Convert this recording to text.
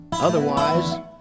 Otherwise